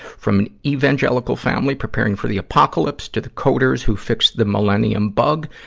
from an evangelical family preparing for the apocalypse to decoders who fixed the millennium bug,